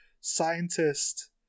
scientist